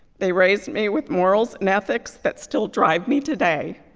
they raised me with morals and ethics that still drive me today.